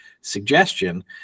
suggestion